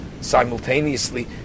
simultaneously